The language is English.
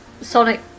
Sonic